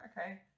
okay